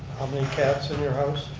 how many cats in your house?